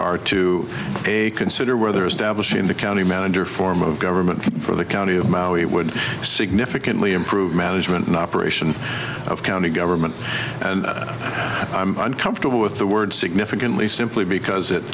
are to a consider whether establishing the county manager form of government for the county of maui would significantly improve management and operation of county government and i'm uncomfortable with the word significantly simply because it